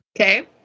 Okay